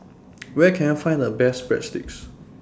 Where Can I Find The Best Breadsticks